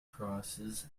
crosses